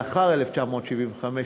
לאחר 1975,